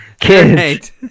Kids